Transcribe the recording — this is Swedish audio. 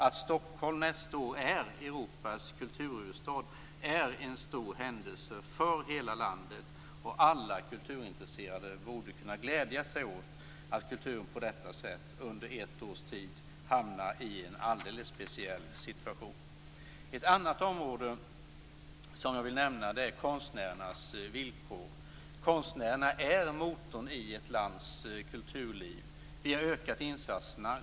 Att Stockholm nästa år är Europas kulturhuvudstad är en stor händelse för hela landet. Alla kulturintresserade borde kunna glädja sig åt att kulturen på detta sätt under ett års tid hamnar i en alldeles speciell situation. Ett annat område som jag vill nämna är konstnärernas villkor. Konstnärerna är motorn i ett lands kulturliv. Vi har ökat insatserna.